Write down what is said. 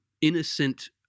innocent